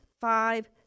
Five